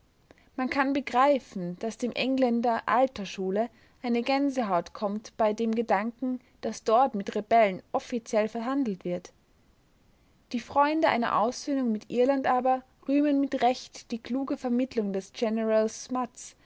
man kann begreifen daß dem engländer alter schule eine gänsehaut kommt bei dem gedanken daß dort mit rebellen offiziell verhandelt wird die freunde einer aussöhnung mit irland aber rühmen mit recht die kluge vermittlung des